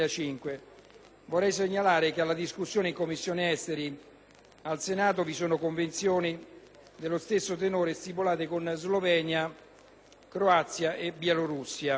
Vorrei segnalare che alla discussione in Commissione Esteri del Senato vi sono Convenzioni dello stesso tenore stipulate con Slovenia, Croazia e Bielorussia.